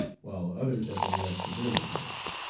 while others have been less severely punished.